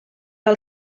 del